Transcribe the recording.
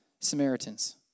Samaritans